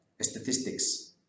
Statistics